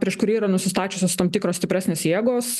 prieš kurį yra nusistačiusios tam tikros stipresnės jėgos